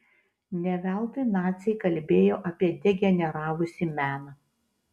ne veltui naciai kalbėjo apie degeneravusį meną